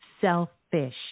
selfish